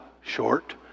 short